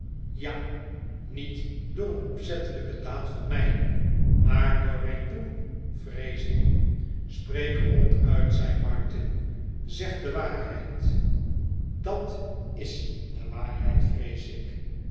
ja niet door een opzettelijke daad van mij maar door mijn toedoen vrees ik spreek ronduit zei martin zeg de waarheid dat is de waarheid vrees ik